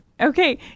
Okay